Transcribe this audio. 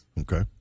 Okay